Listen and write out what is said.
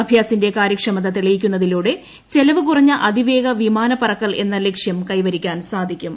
അഭ്യാസിന്റെ കാര്യക്ഷമത തെളിയിക്കുന്നതിലൂടെ ചെലവ് കുറഞ്ഞ അതിവേഗ വിമാന പറക്കൽ എന്ന ലക്ഷ്യം കൈവരിക്കാൻ സാധിക്കും